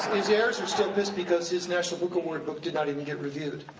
his heirs are still pissed because his national book award book did not even get reviewed.